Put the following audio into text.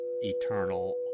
eternal